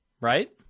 right